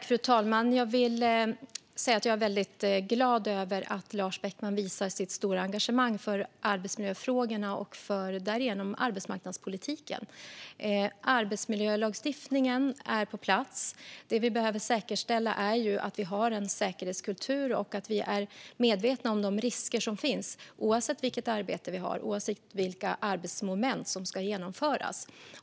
Fru talman! Jag är väldigt glad över att Lars Beckman visar sitt stora engagemang för arbetsmiljöfrågorna och därigenom också för arbetsmarknadspolitiken. Arbetsmiljölagstiftningen är på plats. Det vi behöver säkerställa är att vi har en säkerhetskultur och att vi är medvetna om de risker som finns, oavsett vilket arbete vi har och oavsett vilka arbetsmoment som ska genomföras.